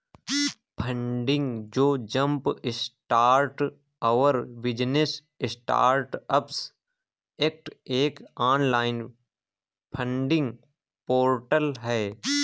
funding जो jumpstart our business startups act एक online funding portal है